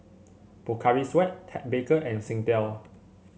Pocari Sweat Ted Baker and Singtel